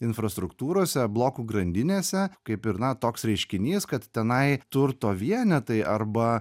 infrastruktūrose blokų grandinėse kaip ir na toks reiškinys kad tenai turto vienetai arba